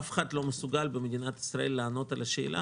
אף אחד במדינת ישראל לא מסוגל לענות על השאלה